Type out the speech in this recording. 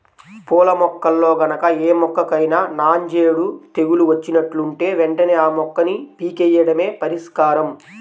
పూల మొక్కల్లో గనక ఏ మొక్కకైనా నాంజేడు తెగులు వచ్చినట్లుంటే వెంటనే ఆ మొక్కని పీకెయ్యడమే పరిష్కారం